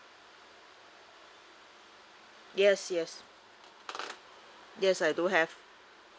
yes yes yes I do have